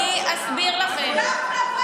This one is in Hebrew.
אני אסביר לכם,